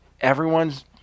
everyone's